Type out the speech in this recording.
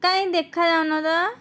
କାହିଁ ଦେଖାଯାଉନାହଁ ତ